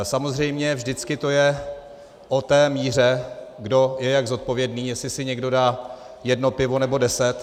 Samozřejmě vždycky to je o té míře, kdo je jak zodpovědný, jestli si někdo dá jedno pivo, nebo deset.